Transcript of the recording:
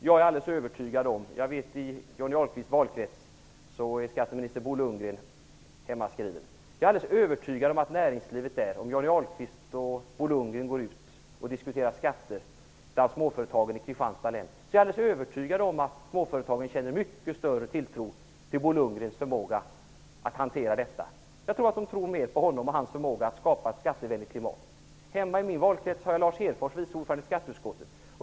Jag vet att skatteminister Bo Lundgren är hemmaskriven i Johnny Ahlqvists valkrets. Om Johnny Ahlqvist och Bo Lundgren går ut och diskuterar skatter bland småföretagen i Kristianstads län är jag alldeles övertygad om att småföretagen känner mycket större tilltro till Bo Lundgrens förmåga att hantera detta område. Jag tror att de litar mer till honom och hans förmåga att kunna skapa ett skattevänligt klimat. I min valkrets bor Lars Hedfors som är ordförande i skatteutskottet.